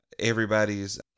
everybody's